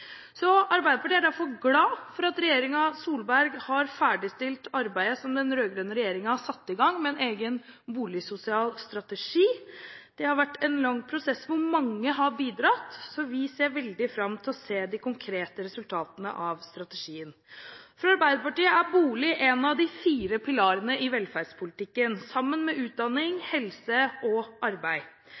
så vi ser veldig fram til å se de konkrete resultatene av strategien. For Arbeiderpartiet er bolig en av de fire pilarene i velferdspolitikken, sammen med utdanning, helse og arbeid.